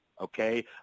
okay